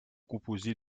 composées